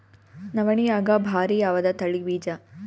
ನವಣಿಯಾಗ ಭಾರಿ ಯಾವದ ತಳಿ ಬೀಜ?